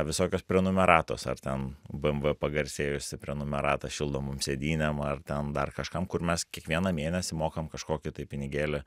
visokios prenumeratos ar ten bmw pagarsėjusi prenumerata šildomom sėdynėm ar ten dar kažkam kur mes kiekvieną mėnesį mokam kažkokį tai pinigėlį